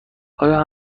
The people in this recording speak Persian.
آیا